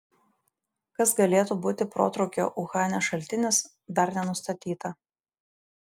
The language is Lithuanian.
kas galėtų būti protrūkio uhane šaltinis dar nenustatyta